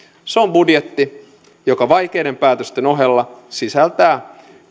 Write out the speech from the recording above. se on budjetti joka vaikeiden päätösten ohella sisältää